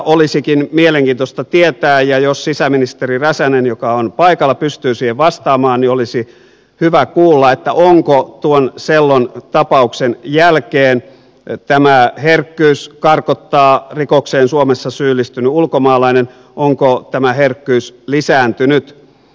olisikin mielenkiintoista tietää ja jos sisäministeri räsänen joka on paikalla pystyy siihen vastaamaan niin olisi hyvä kuulla onko tuon sellon tapauksen jälkeen tämä herkkyys karkottaa rikokseen suomessa syyllistynyt ulkomaalainen lisääntynyt